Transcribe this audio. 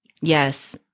Yes